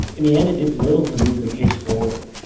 in the end it did little to move the case forward.